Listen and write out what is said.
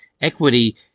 Equity